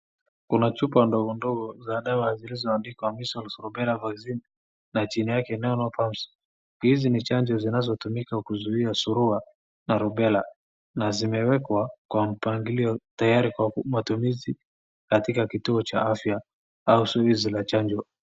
Kuna chupa ndogo ndogo za dawa zilizoandikwa measles rubela vaccine na jina yake Nenopalms. Hizi ni chanjo zinazotumika kuzuia surua na rubela na zimewekwa kwa mapangilio tayari kwa matumizi katika kituo cha afya au zoezi la chanjo.